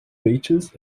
beaches